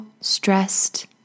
stressed